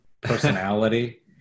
personality